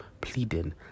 pleading